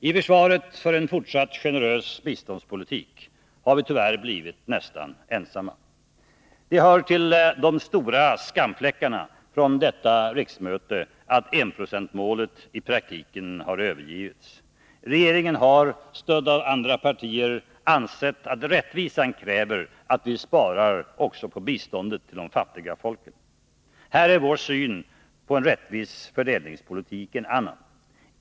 I försvaret för en fortsatt generös biståndspolitik har vi tyvärr blivit nästan ensamma. Det hör till de stora skamfläckarna från detta riksmöte att enprocentsmålet i praktiken har övergetts. Regeringen har, stödd av andra partier, ansett att rättvisan kräver att vi sparar också på biståndet till de fattiga folken. Här är vår syn på en rättvis fördelningspolitik en annan.